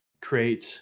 create